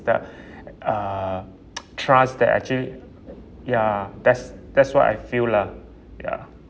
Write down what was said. the uh trust that actually ya that's that's what I feel lah ya